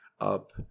up